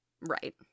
Right